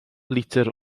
litr